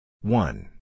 one